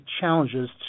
challenges